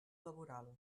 laboral